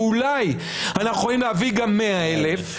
ואולי אנחנו יכולים להביא גם 100,000,